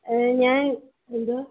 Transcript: അത് ഞാൻ എന്തോ